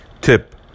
Tip